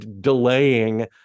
delaying